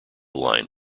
line